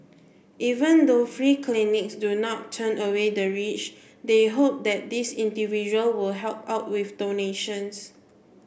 even though free clinics do not turn away the rich they hope that these individual would help out with donations